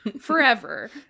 forever